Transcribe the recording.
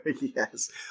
Yes